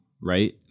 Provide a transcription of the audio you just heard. right